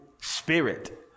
spirit